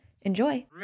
Enjoy